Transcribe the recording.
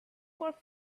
for